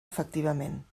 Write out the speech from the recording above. efectivament